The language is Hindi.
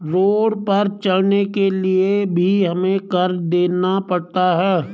रोड पर चलने के लिए भी हमें कर देना पड़ता है